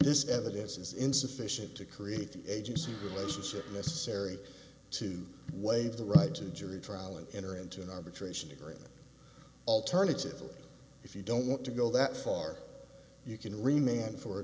this evidence is insufficient to create the agency relationship necessary to waive the right to jury trial and enter into an arbitration agreement alternatively if you don't want to go that far you can remain for a